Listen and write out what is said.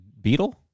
Beetle